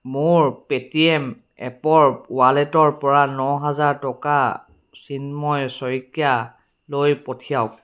মোৰ পে'টিএম এপৰ ৱালেটৰ পৰা ন হাজাৰ টকা চিন্ময় শইকীয়ালৈ পঠিয়াওক